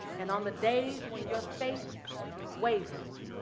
and on the days when your faith wavers,